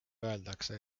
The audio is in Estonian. öeldakse